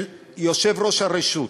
של יושב-ראש הרשות,